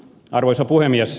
arvoisa puhemies